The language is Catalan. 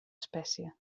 espècie